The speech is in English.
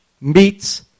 meets